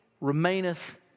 remaineth